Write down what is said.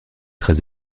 très